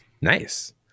Nice